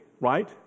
right